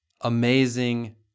Amazing